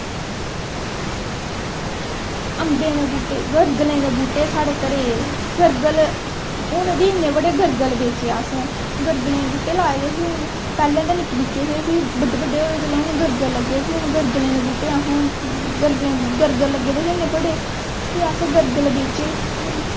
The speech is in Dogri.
अम्बें दा बूह्टे गरगलें दे बूह्टे साढ़े घरे दे गरगल हून बी इन्ने बड़े गरगल बेच्चे असैं गरगलें दे बूह्टे लाए दे हे हून पैह्लैं त् निक्के निक्के हे फ्ही बड्डे बड्डे होए जिसलै हून गरगल लग्गे फ्ही हून गरगलें दे बूह्टे असैं गरगल लग्गे दे हे इन्ने बड़े फ्ही असें गरगल बेचे असैं हून